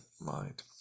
mind